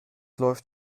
läuft